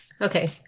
Okay